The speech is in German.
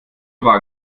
wagen